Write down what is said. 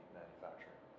manufacturing